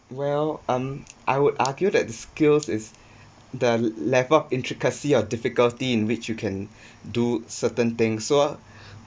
well um I would argue that the skills is the level of intricacy or difficulty in which you can do certain things so